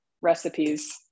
recipes